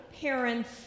parents